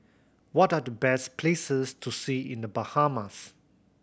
what are the best places to see in The Bahamas